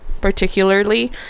particularly